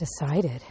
decided